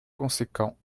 conséquent